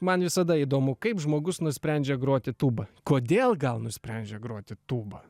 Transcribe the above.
man visada įdomu kaip žmogus nusprendžia groti tūba kodėl gal nusprendžia groti tūba